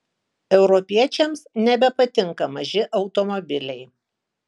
europiečiams nebepatinka maži automobiliai